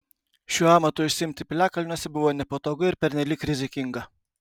šiuo amatu užsiimti piliakalniuose buvo nepatogu ir pernelyg rizikinga